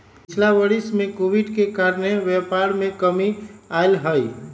पिछिला वरिस में कोविड के कारणे व्यापार में कमी आयल हइ